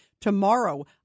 Tomorrow